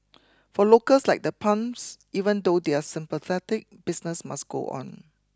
for locals like the Puns even though they're sympathetic business must go on